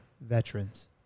veterans